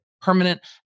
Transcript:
permanent